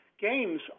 games